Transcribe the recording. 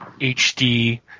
HD